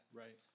right